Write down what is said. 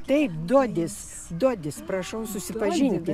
taip dodis dodis prašau susipažinti